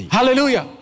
Hallelujah